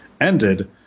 ended